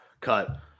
cut